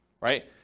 right